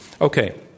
Okay